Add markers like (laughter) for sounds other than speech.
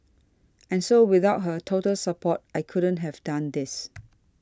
and so without her total support I couldn't have done this (noise)